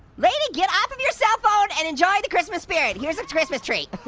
lady, get off of your cell phone and enjoy the christmas spirit. here's a christmas tree.